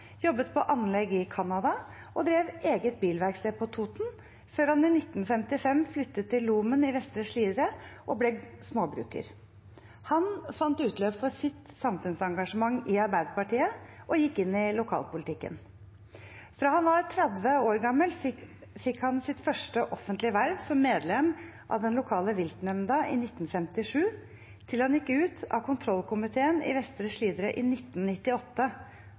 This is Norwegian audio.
jobbet på anlegg i Canada og drev eget bilverksted på Toten, før han i 1955 flyttet til Lomen i Vestre Slidre og ble småbruker. Han fant utløp for sitt samfunnsengasjement i Arbeiderpartiet, og gikk inn i lokalpolitikken. Fra han var 30 år gammel og fikk sitt første offentlige verv som medlem av den lokale viltnemnda i 1957, til han gikk ut av kontrollkomiteen i Vestre Slidre i 1998,